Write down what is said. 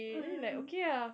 mm mm mm